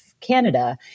Canada